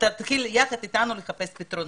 תתחיל יחד אתנו לחפש פתרונות.